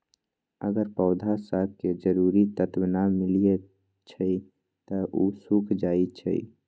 अगर पौधा स के जरूरी तत्व न मिलई छई त उ सूख जाई छई